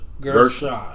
Gershon